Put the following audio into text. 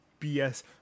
BS